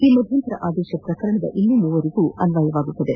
ಈ ಮಧ್ಯಂತರ ಆದೇಶ ಪ್ರಕರಣದ ಇನ್ನೂ ಮೂವರಿಗೂ ಅನ್ವಯವಾಗುತ್ತದೆ